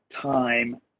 time